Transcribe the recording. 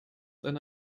eine